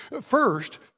First